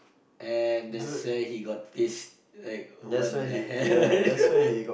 and that's where he got this like what the hell are you doing